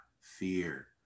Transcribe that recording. fear